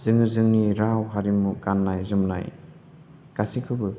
जोङो जोंनि राव हारिमु गाननाय जोमनाय गासैखौबो